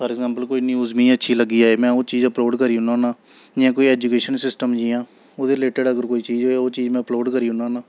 for example कोई news मी अच्छी लग्गी जाए में ओह् चीज अपलोड करी ओड़ना होन्नां जि'यां कोई ऐजुकेशन सिस्टम जि'यां ओह्दे रिलेटिड अगर कोई चीज होए ओह् चीज में अपलोड करी ओड़ना होन्नां